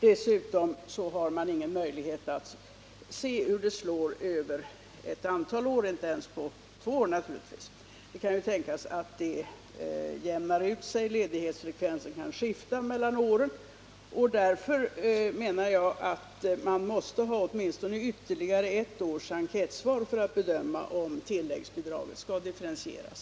Dessutom har man ingen möjlighet att se hur det slår över ett antal år — inte ens över två år. Det kan ju tänkas att det jämnar ut sig, att ledighetsfrekvensen kan skifta mellan olika år. Därför menar jag att man måste ha åtminstone ytterligare ett års enkätsvar för att kunna bedöma om tilläggsbidraget skall differentieras.